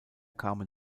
kamen